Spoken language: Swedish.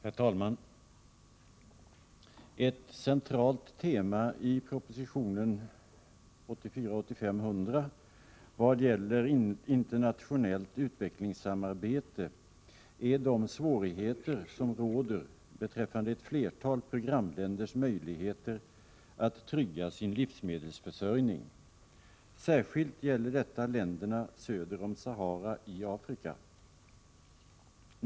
Herr talman! Ett centralt tema i proposition 1984/85:100, när det gäller internationellt utvecklingssamarbete, är de svårigheter som råder beträffande ett flertal programländers möjligheter att trygga sin livsmedelsförsörjning. Särskilt gäller detta länderna söder om Sahara i Afrika.